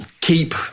keep